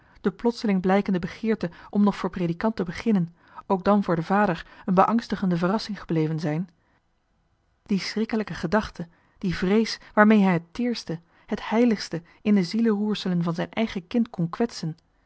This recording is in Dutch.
de plotseling blijkende begeerte om nog voor predikant te beginnen ook dan voor den vader een beangstigende verrassing gebleven zijn die schrikkelijke gedachte die vrees waarmee hij het teerste het heiligste in de zieleroerselen van zijn eigen kind kon kwetsen